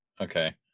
Okay